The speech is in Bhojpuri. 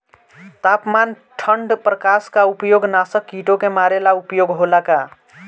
तापमान ठण्ड प्रकास का उपयोग नाशक कीटो के मारे ला उपयोग होला का?